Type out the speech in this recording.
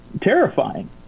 terrifying